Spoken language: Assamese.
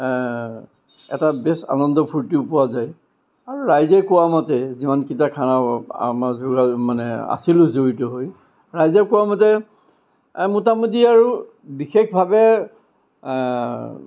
এটা বেষ্ট আনন্দ ফূৰ্তিও পোৱা যায় আৰু ৰাইজে কোৱা মতে যিমানকিটা খানা আমা যোগাৰ মানে আছিলো জড়িত হৈ ৰাইজে কোৱা মতে মোটামুটি আৰু বিশেষভাৱে